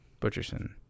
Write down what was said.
Butcherson